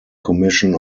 commission